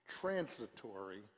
transitory